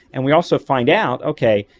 and we also find out, okay,